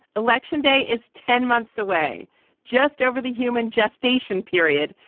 election day is ten months away just over the human gestation period.